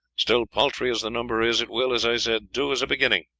still, paltry as the number is, it will, as i said, do as a beginning.